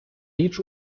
річ